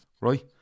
right